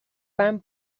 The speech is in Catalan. van